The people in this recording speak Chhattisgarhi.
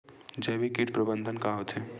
जैविक कीट प्रबंधन का होथे?